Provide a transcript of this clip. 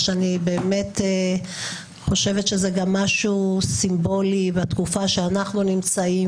מה שאני באמת חושבת שזה גם משהו סימבולי בתקופה שאנחנו נמצאים,